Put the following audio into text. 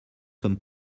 sommes